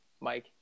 Mike